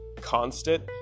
constant